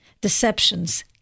Deceptions